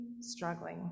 struggling